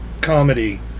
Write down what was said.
comedy